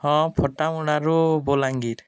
ହଁ ଫଟାମୁଣାରୁ ବଲାଙ୍ଗୀର